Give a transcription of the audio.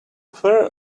fur